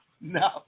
No